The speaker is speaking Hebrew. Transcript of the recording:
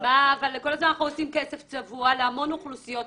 --- אנחנו מקצים כסף צבוע להמון אוכלוסייה,